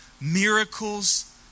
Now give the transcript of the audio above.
miracles